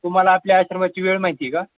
तुम्हाला आपल्या आश्रमाची वेळ माहीत आहे का